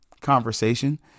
conversation